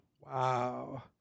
Wow